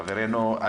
חברנו,